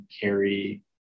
carry